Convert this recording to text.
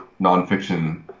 nonfiction